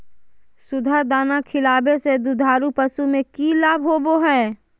सुधा दाना खिलावे से दुधारू पशु में कि लाभ होबो हय?